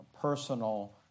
personal